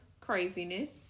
craziness